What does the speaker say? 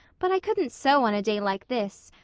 but i couldn't sew on a day like this.